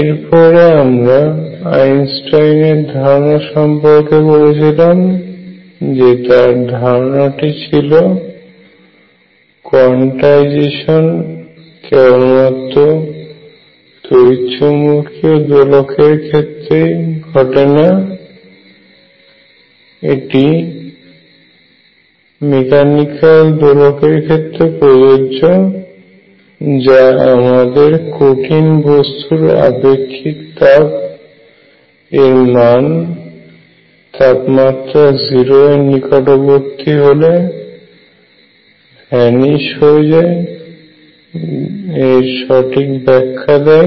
এরপরে আমরা আইনস্টাইনের ধারণা সম্পর্কে বলেছিলাম যে তার ধারণাটি ছিল কোয়ান্টাইজেসন কেবলমাত্র তড়িৎ চুম্বকীয় দোলকের মধেই ঘটে না এটি মেকানিকাল দোলকের ক্ষেত্রেও প্রযোজ্য এবং যা আমাদের কঠিন বস্তুর আপেক্ষিক তাপ এর মান তাপমাত্রা 0 এর নিকটবর্তী হলে বিলুপ্ত হয়ে যায় এর সঠিক ব্যাখ্যা দেয়